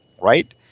right